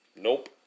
Nope